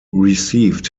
received